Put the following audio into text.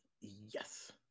Yes